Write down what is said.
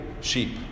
sheep